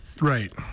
Right